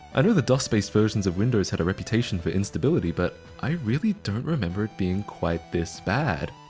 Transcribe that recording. i know the dos-based versions of windows had a reputation for instability, but i really don't remember it being quite this bad.